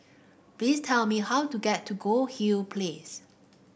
please tell me how to get to Goldhill Place